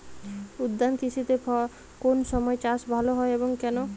উদ্যান কৃষিতে কোন সময় চাষ ভালো হয় এবং কেনো?